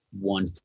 one